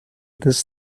this